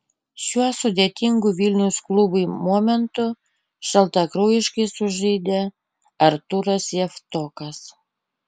šiuo sudėtingu vilniaus klubui momentu šaltakraujiškai sužaidė artūras javtokas